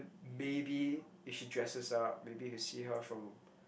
maybe if she dresses up maybe if you see her from